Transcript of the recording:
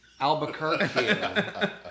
Albuquerque